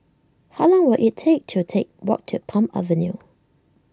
how long will it take to take walk to Palm Avenue